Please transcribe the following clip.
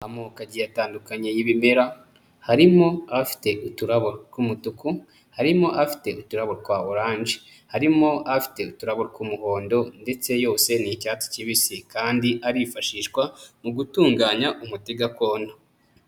Amoko agiye atandukanye y'ibimera, harimo afite uturabo tw'umutuku, harimo afite uturabo twa oranje, harimo afite uturabo tw'umuhondo, ndetse yose ni icyatsi kibisi. Kandi arifashishwa mu gutunganya umuti gakondo.